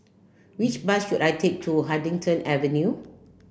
which bus should I take to Huddington Avenue